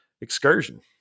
excursion